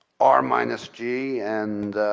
r minus g and